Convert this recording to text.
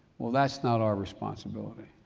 well, that's not our responsibility.